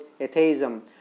atheism